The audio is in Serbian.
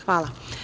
Hvala.